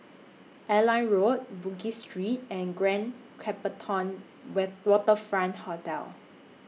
Airline Road Bugis Street and Grand Copthorne Wet Waterfront Hotel